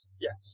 Yes